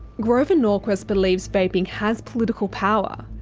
grover norquist believes vaping has political power.